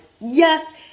yes